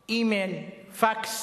אימייל, פקס,